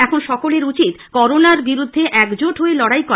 এখন সকলের উচিৎ করোনার বিরুদ্ধে একজোট হয়ে লড়াই করা